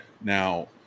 Now